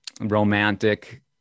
romantic